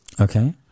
Okay